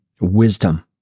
wisdom